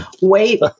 wait